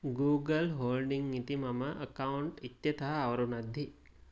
Google holding इति मम account इत्यतः अवरुणद्धि